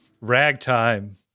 ragtime